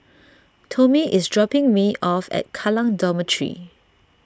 Tomie is dropping me off at Kallang Dormitory